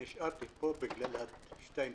אני נשארתי פה בגלל שני התינוקות.